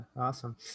awesome